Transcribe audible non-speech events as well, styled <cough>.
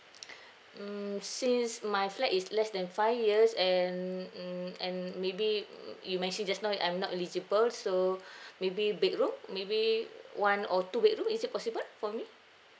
<breath> mm since my flat is less than five years and mm and maybe um you mentioned just now I'm not eligible so <breath> maybe bedroom maybe one or two bedroom is it possible for me